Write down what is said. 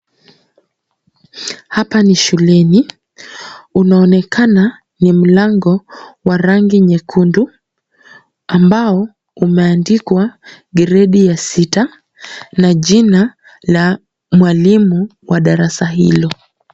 Hapa ni shuleni. Unaonekana ni mlango wa rangi nyekundu, ambao umeandikwa grade ya sita, na jina la mwalimu wa darasa hilo.